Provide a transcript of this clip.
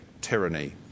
tyranny